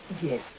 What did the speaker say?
Yes